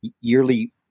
yearly